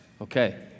okay